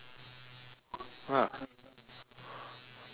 ah